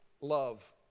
Love